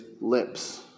lips